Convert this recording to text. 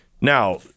Now